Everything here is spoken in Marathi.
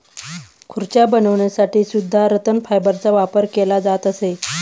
खुर्च्या बनवण्यासाठी सुद्धा रतन फायबरचा वापर केला जात असे